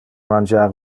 mangiar